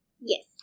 Yes